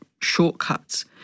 shortcuts